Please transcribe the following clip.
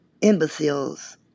Imbeciles